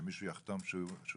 שמישהו יחתום ?